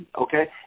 okay